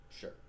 Sure